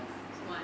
什么 leh